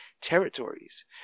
territories